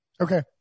Okay